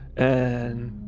and,